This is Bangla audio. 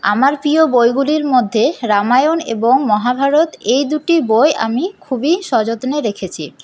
আমার প্রিয় বইগুলির মধ্যে রামায়ণ এবং মহাভারত এই দুটি বই আমি খুবই সযত্নে রেখেছি